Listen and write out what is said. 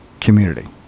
community